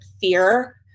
fear